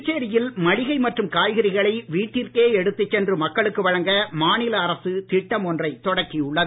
புதுச்சேரியில் மளிகை மற்றும் காய்கறிகளை வீட்டிற்கே எடுத்துச் சென்று மக்களுக்கு வழங்க மாநில அரசு திட்டம் ஒன்றைத் தொடக்கியுள்ளது